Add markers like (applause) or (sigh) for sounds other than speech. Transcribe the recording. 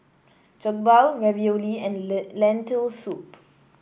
Jokbal Ravioli and (unintelligible) Lentil Soup